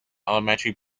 elementary